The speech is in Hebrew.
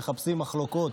מחפשים מחלוקות.